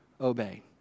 obey